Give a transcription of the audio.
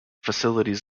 facilities